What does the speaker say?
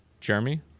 Jeremy